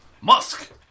Musk